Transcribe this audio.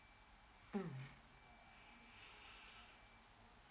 mm